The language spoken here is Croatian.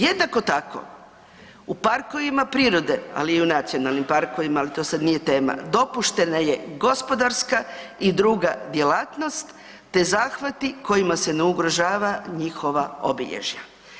Jednako tako, u parkovima prirode, ali i u nacionalnim parkovima, ali to sad nije tema dopuštena je gospodarska i druga djelatnost te zahvati kojima se ne ugrožava njihova obilježja.